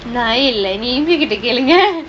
நான் இல்ல நீங்க கிட்ட கேளுங்க:naan illa neenga kitta kelunga